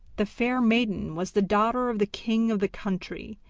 the fair maiden was the daughter of the king of the country,